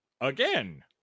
again